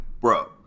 bro